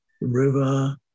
river